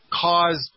caused